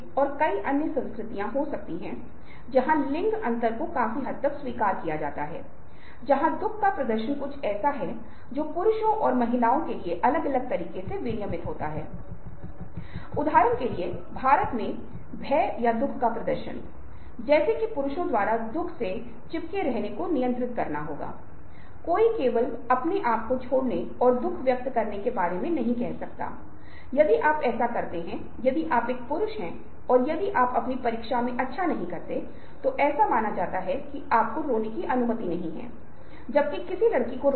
लेकिन हमें उन अंकों के साथ जाना चाहिए जो हमने अनुनय के बारे में किए हैं एक परिवार में पहला और सबसे प्रेरक व्यक्ति बच्चा है क्योंकि बच्चा वह है जो बहुत बार नियमों से परिचित नहीं होता है और हमेशा नई चीज जैसे नई खिलौने नई चॉकलेट आइस क्रीम और उस तरह की चीजें में दिलचस्पी रखता है अवधारणात्मक रूप से आपको मनाने की कोशिश कर रह हैं हो सकता है कि आप उन चीजों को खरीद लें चाहे वे बच्चे के लिए अच्छी हों या नहीं यह पूरी तरह से अलग बात है लेकिन यह अनुनय प्रक्रिया बहुत अधिक है